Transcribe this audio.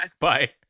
Bye